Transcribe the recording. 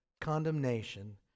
condemnation